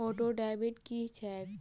Auto debit की छैक?